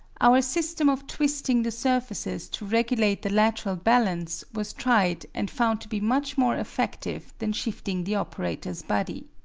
our system of twisting the surfaces to regulate the lateral balance was tried and found to be much more effective than shifting the operator's body.